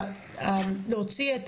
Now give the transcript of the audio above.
להוציא את